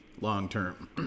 long-term